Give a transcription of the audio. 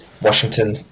Washington